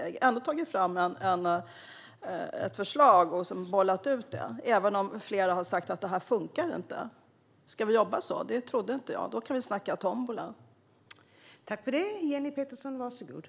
Skulle man ändå ha tagit fram ett förslag och bollat ut det även om flera har sagt att det inte funkar? Ska vi jobba så? Jag trodde inte det. I så fall kan vi snacka om tombola.